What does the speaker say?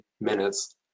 minutes